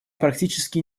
практически